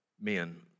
men